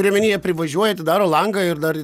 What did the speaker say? turiu omeny jie privažiuoja atidaro langą ir dar